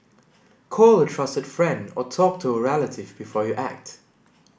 call a trusted friend or talk to a relative before you act